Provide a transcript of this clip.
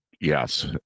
Yes